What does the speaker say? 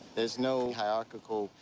there's no hierarchical,